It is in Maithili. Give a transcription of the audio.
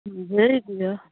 उ भेज दिहऽ